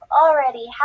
already